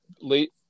late